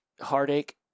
Heartache